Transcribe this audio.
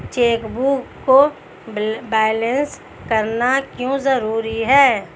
Chequebook को balance करना क्यों जरूरी है?